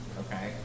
okay